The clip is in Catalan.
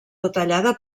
detallada